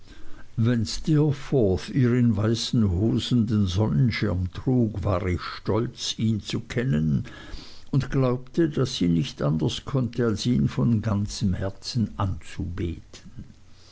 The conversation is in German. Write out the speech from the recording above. wenn steerforth in weißen hosen ihr den sonnenschirm trug war ich stolz ihn zu kennen und glaubte daß sie nicht anders könnte als ihn von ganzem herzen anzubeten